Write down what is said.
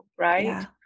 right